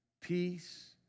peace